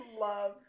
love